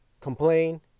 complain